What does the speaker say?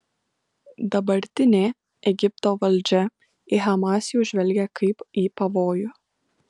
dabartinė egipto valdžia į hamas jau žvelgia kaip į pavojų